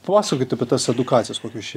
papasakokit apie tas edukacijas kokios čia